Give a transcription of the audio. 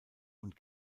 und